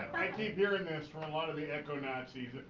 i keep hearing this from a lot of the eco-nazis.